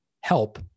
help